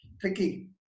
tricky